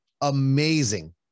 amazing